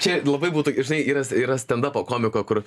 čia labai būtų žinai yra s yra stendapo komiko kur